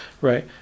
Right